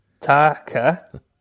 Taka